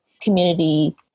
community